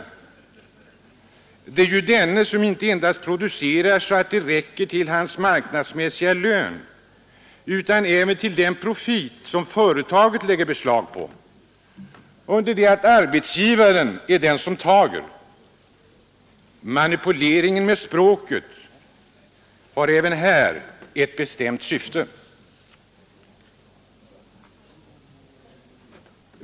Det är ju han som producerar inte endast så att det räcker till hans arbetsmässiga lön utan även till den profit som företaget lägger beslag på, under det att arbetsgivaren är den som tager. Manipuleringen med språket har även här ett bestämt syfte.